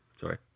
Sorry